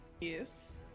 yes